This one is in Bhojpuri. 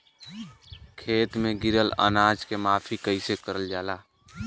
खेत में गिरल अनाज के माफ़ी कईसे करल जाला?